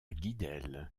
guidel